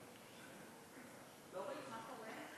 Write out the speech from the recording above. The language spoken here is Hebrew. ברשות יושב-ראש הישיבה,